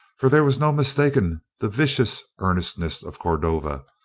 for there was no mistaking the vicious earnestness of cordova,